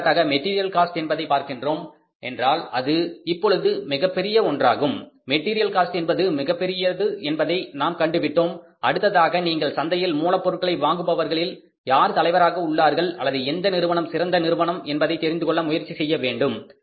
எடுத்துக்காட்டாக material cost என்பதை பார்க்கின்றோம் என்றால் அது இப்பொழுது மிகப்பெரிய ஒன்றாகும் மெட்டீரியல் காஸ்ட் என்பது மிகப்பெரியது என்பதை நாம் கண்டுவிட்டோம் அடுத்ததாக நீங்கள் சந்தையில் மூலப்பொருட்களை வழங்குபவர்கலில் யார் தலைவராக உள்ளார்கள் அல்லது எந்த நிறுவனம் சிறந்த நிறுவனம் என்பதை தெரிந்துகொள்ள முயற்சி செய்ய வேண்டும்